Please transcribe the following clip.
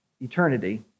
eternity